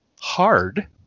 hard